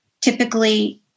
typically